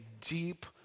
deep